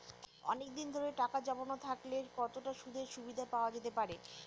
অনেকদিন ধরে টাকা জমানো থাকলে কতটা সুদের সুবিধে পাওয়া যেতে পারে?